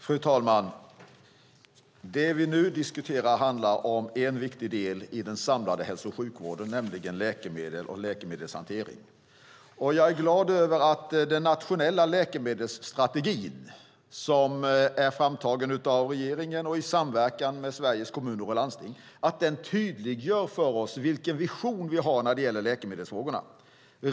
Fru talman! Det vi nu diskuterar handlar om en viktig del i den samlade hälso och sjukvården, nämligen läkemedel och läkemedelshantering. Jag är glad över att den nationella läkemedelsstrategin, som är framtagen av regeringen i samverkan med Sveriges Kommuner och Landsting, tydliggör för oss visionen när det gäller läkemedelsfrågorna.